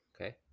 Okay